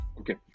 Okay